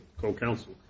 co-counsel